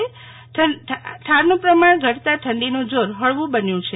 આજે ઠારનું પ્રમાણ ઘટતા ઠંડીનું જોર હળવું બન્યું છે